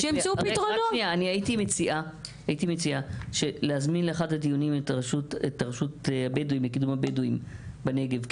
הייתי מציעה להזמין לאחד הדיונים את הרשות לקידום הבדואים בנגב.